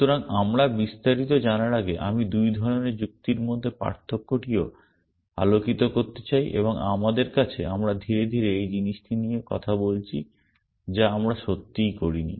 সুতরাং আমরা বিস্তারিত জানার আগে আমি 2 ধরণের যুক্তির মধ্যে পার্থক্যটিও আলোকিত করতে চাই এবং আমাদের আছে আমরা ধীরে ধীরে এই জিনিসটি নিয়ে কথা বলছি যা আমরা সত্যিই করিনি